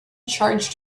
charged